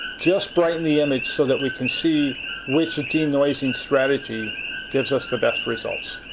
just brighten the image so that we can see which denoising strategy gives us the best results.